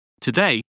Today